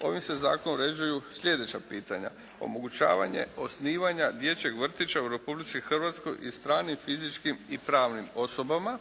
ovim se Zakonom uređuju sljedeća pitanja, omogućavanje osnivanja dječjeg vrtića u Republici Hrvatskoj i stranim fizičkim i pravnim osobama.